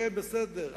כן, בסדר.